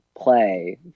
play